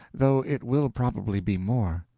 though it will probably be more.